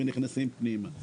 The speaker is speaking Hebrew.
ונכנסים פנימה.